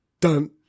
dun